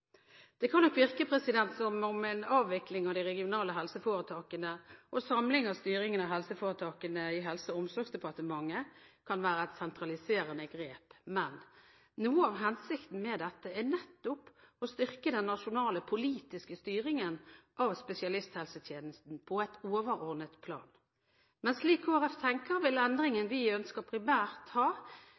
Det kan nok virke som om en avvikling av de regionale helseforetakene og samling av styringen av helseforetakene i Helse- og omsorgsdepartementet kan være et sentraliserende grep, men noe av hensikten med dette er nettopp å styrke den nasjonale politiske styringen av spesialisthelsetjenesten på et overordnet plan. Slik Kristelig Folkeparti tenker vil endringen vi ønsker, primært ha